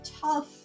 tough